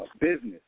business